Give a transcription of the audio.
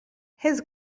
his